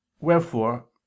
Wherefore